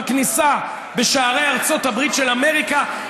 בכניסה בשערי ארצות הברית של אמריקה,